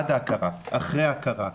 אחרי ההכרה,